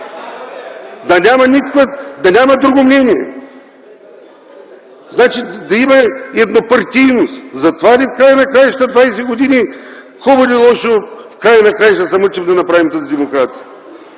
Да няма друго мнение. Да има еднопартийност. Затова ли в края на краищата 20 години, хубаво или лошо, се мъчим да направим тази демокрация?